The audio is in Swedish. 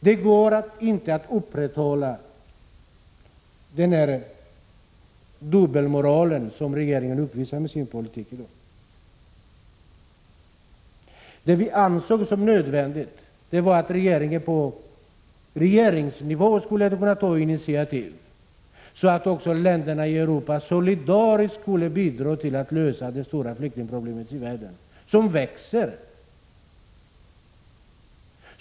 Det går inte att upprätthålla den dubbelmoral som regeringen i dag uppvisar med sin politik. Det vi ansåg nödvändigt var att regeringen på regeringsnivå skulle kunna ta initiativ så att också länderna i Europa solidariskt skulle bidra till att lösa det stora och växande flyktingproblemet i världen.